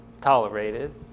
tolerated